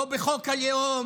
לא בחוק הלאום